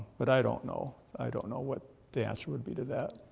but i don't know, i don't know what the answer would be to that.